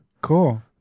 cool